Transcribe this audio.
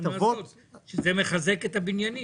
שזה מחזק את הבניינים?